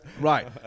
Right